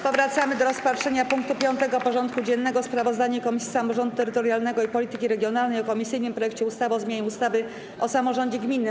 Powracamy do rozpatrzenia punktu 5. porządku dziennego: Sprawozdanie Komisji Samorządu Terytorialnego i Polityki Regionalnej o komisyjnym projekcie ustawy o zmianie ustawy o samorządzie gminnym.